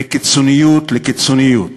מקיצוניות לקיצוניות.